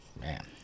Man